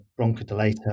bronchodilator